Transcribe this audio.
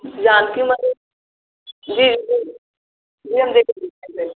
जानकी मन्दिरके